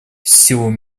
всего